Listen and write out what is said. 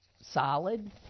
solid